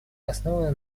основана